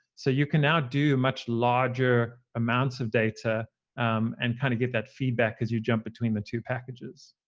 so you can now do much larger amounts of data and kind of give that feedback as you jump between the two packages.